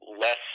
less